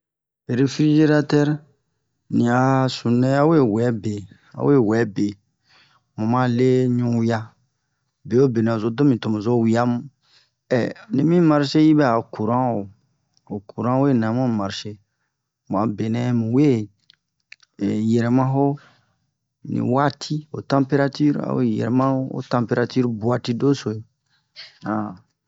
refrigeratɛr ni a sunu nɛ awe wɛ be awe wɛ be mu ma le ɲuwia bewobe nɛ ozo do mi to mu zo wia mu ni mi maeche yibɛ a curan wo o curan we nɛ a mu marche m a be nɛ mu we yɛrɛma ho ni waati ho tanperatur a we yɛrɛma ho tanperatur bu'ati doso'e